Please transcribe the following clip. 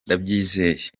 ndabyizeye